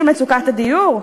של מצוקת הדיור?